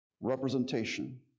representation